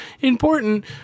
important